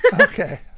Okay